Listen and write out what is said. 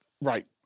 right